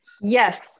Yes